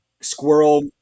squirrel